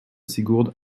sigurd